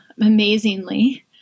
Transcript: amazingly